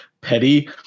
petty